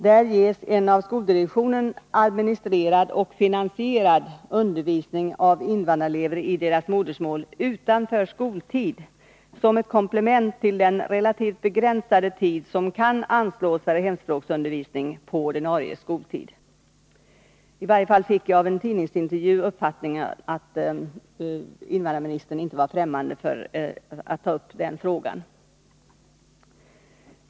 Där ges en av skoldirektionen administrerad och finansierad undervisning av invandrarelever i deras modersmål utanför skoltid som ett komplement till den relativt begränsade tid som kan anslås för hemspråksundervisning på ordinarie skoltid. I varje fall fick jag av en tidningsintervju uppfattningen att invandrarministern inte var fftämmande för att ta upp den frågan.